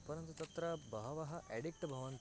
परन्तु तत्र बहवः एडिक्ट् भवन्ति